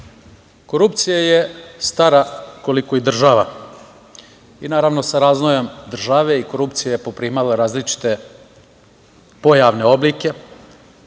korupcija je stara koliko i država i naravno sa razvojem države i korupcija je poprimala različite pojavne oblike.